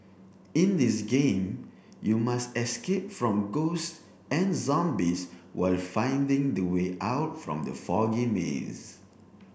in this game you must escape from ghosts and zombies while finding the way out from the foggy maze